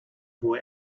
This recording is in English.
boy